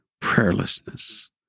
prayerlessness